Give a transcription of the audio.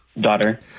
Daughter